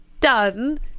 done